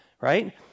right